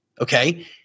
okay